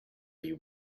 you